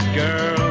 girl